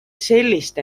selliste